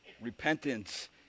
Repentance